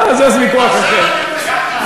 עכשיו אתם מצטערים על זה.